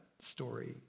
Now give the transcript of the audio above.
story